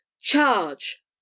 Charge